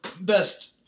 best